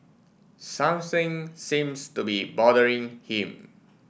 something seems to be bothering him